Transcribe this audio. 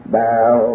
bow